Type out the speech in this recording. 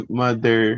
mother